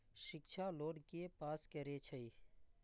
शिक्षा लोन के पास करें छै?